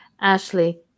Ashley